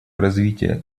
развитие